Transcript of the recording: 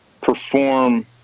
perform